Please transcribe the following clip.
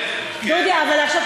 הוספת